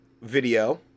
video